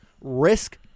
risk